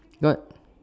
got